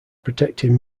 protecting